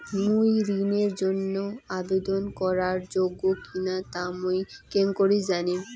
মুই ঋণের জন্য আবেদন করার যোগ্য কিনা তা মুই কেঙকরি জানিম?